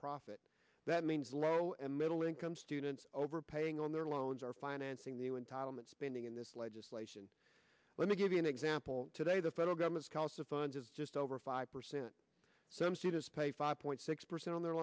profit that means low and middle income students overpaying on their loans or financing the new entitlement spending in this legislation let me give you an example today the federal government's cost of funds is just over five percent some students pay five point six percent on their